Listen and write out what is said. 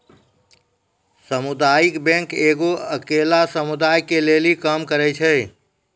समुदायिक बैंक एगो अकेल्ला समुदाय के लेली काम करै छै